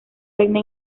reina